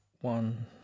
One